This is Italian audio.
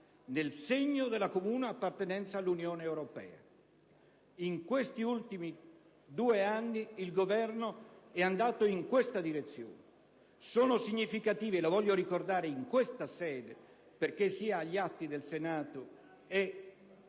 nel segno della comune appartenenza all'Unione europea. In questi ultimi due anni il Governo si è mosso in questa direzione. Sono significative - lo voglio ricordare in questa sede perché resti agli atti del Senato e